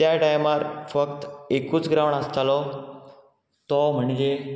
त्या टायमार फक्त एकूच ग्रावंड आसतालो तो म्हणजे